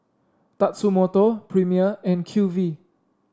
Tatsumoto Premier and Q V